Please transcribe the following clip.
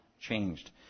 changed